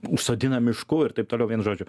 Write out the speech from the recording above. užsodinam mišku ir taip toliau vienu žodžiu